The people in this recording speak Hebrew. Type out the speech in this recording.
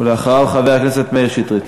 ואחריו, חבר הכנסת מאיר שטרית.